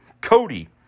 Cody